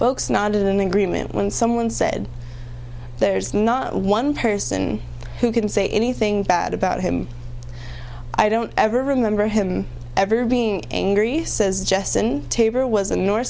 folks nodded in agreement when someone said there's not one person who can say anything bad about him i don't ever remember him ever being angry says justin tabor was a north